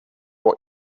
what